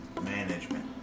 Management